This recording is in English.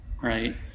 right